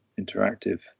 Interactive